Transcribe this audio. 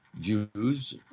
Jews